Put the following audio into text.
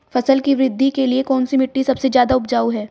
फसल की वृद्धि के लिए कौनसी मिट्टी सबसे ज्यादा उपजाऊ है?